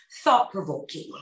thought-provoking